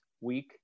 week